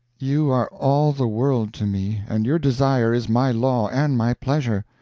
you are all the world to me, and your desire is my law and my pleasure.